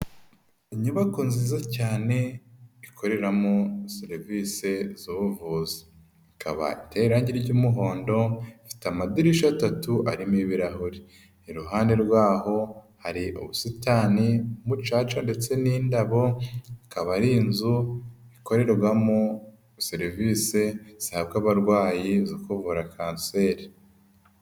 Inyubako nziza cyane ikoreramo serivisi z'ubuvuzi, ikaba iteye irangi ry'umuhondo, ifite amadirisha atatu arimo ibirahuri, iruhande rwaho hari ubusitani, umucaca ndetse n'indabo, ikaba ari inzu ikorerwamo serivisi zihabwa abarwayi zo kuvura kanseri.